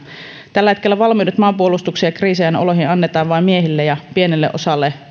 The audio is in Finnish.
tällä hetkellä valmiudet maanpuolustukseen ja kriisiajan oloihin annetaan vain miehille ja pienelle vapaaehtoiselle osalle